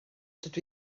dydw